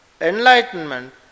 enlightenment